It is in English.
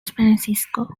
francisco